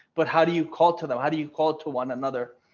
but how do you call to them? how do you call to one another?